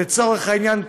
לצורך העניין,